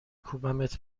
کوبمت